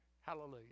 Hallelujah